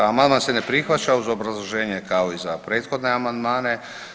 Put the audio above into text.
Amandman se ne prihvaća uz obrazloženje kao i za prethodne amandmane.